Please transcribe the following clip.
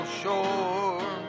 shore